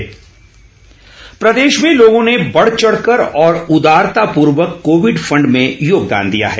Covid fund प्रदेश में लोगों ने बढ़ चढ़ कर और उदारतापूर्वक कोविड फंड में योगदान दिया है